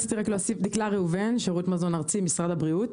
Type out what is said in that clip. דקלה ראובן, שירות מזון ארצי במשרד הבריאות.